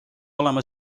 olema